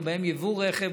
ובהם ייבוא רכב,